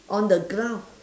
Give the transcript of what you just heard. on the ground